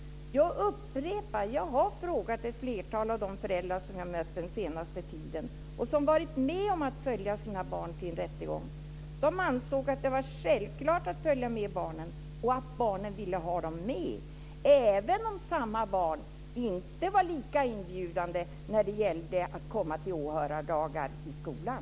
Jag upprepar: Jag har frågat ett flertal av de föräldrar som jag har mött den senaste tiden som har varit med om att följa sina barn till en rättegång. De ansåg att det var självklart att följa med barnen och att barnen ville ha dem med, även om samma barn inte var lika inbjudande när det gällde att komma till åhörardagar i skolan.